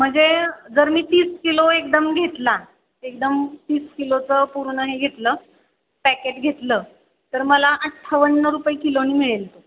म्हणजे जर मी तीस किलो एकदम घेतला एकदम तीस किलोचं पूर्ण हे घेतलं पॅकेट घेतलं तर मला अठ्ठावन्न रुपये किलोनी मिळेल तो